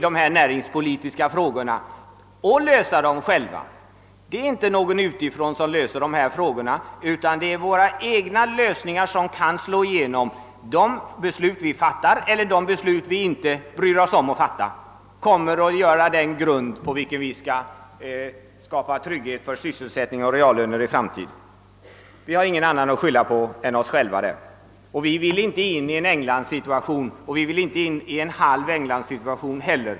Det är därför vi får gå in för att själva lösa dessa näringspolitiska frågor. Det finns inte någon utomstående som löser dem åt oss. De beslut vi fattar, eller de som vi inte fattar, kommer att utgöra den grund, på vilken vi skall skapa trygghet för sysselsättning och reallöner i framtiden. Vi har ingen annan än oss själva att skylla på därvidlag. Vi vill inte in i en englandssituation, ja, vi vill inte ens in i en halv eng landssituation.